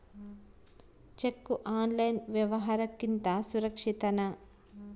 Cheque online ವ್ಯವಹಾರುಕ್ಕಿಂತ ಸುರಕ್ಷಿತನಾ?